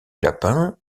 lapin